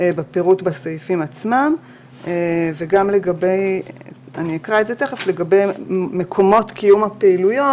בסעיפים עצמם וגם לגבי מקומות קיום הפעולות,